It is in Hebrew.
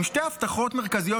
עם שתי הבטחות מרכזיות,